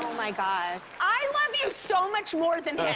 my god. i love you so much more than